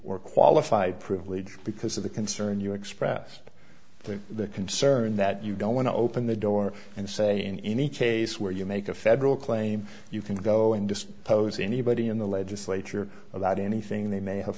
or qualified privilege because of the concern you express the concern that you don't want to open the door and say in any case where you make a federal claim you can go and dispose anybody in the legislature about anything they may have